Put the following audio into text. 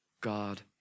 God